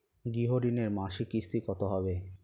গৃহ ঋণের মাসিক কিস্তি কত হবে?